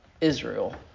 Israel